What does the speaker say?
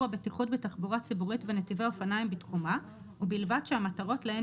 הבטיחות בתחבורה ציבורית ונתיבי אופניים בתחומה ובלבד שהמטרות להן